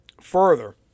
further